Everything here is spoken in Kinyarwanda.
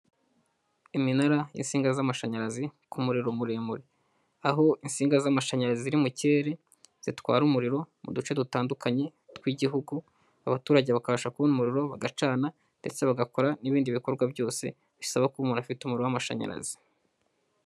Iminara y'insinga z'amashanyarazi ku muriro muremure, aho insinga z'amashanyarazi ziri mu kirere zitwara umuriro mu duce dutandukanye tw'igihugu, abaturage bakabasha kubona umururiro bagacana ndetse bagakora n'ibindi bikorwa byose bisaba ko umuntu aba afite umuriro w'amashanyarazi.